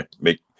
make